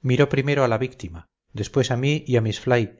miró primero a la víctima después a mí y a miss fly